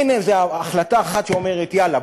אין איזו החלטה אחת שאומרת: יאללה,